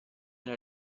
era